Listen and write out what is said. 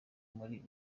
muri